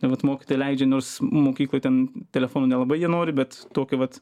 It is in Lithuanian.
vat mokytoja leidžia nors mokykloj ten telefonų nelabai jie nori bet tokiu vat